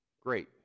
great